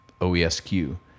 OESQ